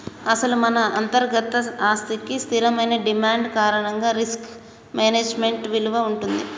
అసలు మన అంతర్గత ఆస్తికి స్థిరమైన డిమాండ్ కారణంగా రిస్క్ మేనేజ్మెంట్ విలువ ఉంటుంది